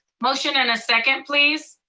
motion and a second please.